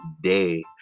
day